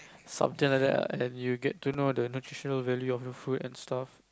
something like that ah and then you get to know the nutritional value of your food and stuff